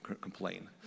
complain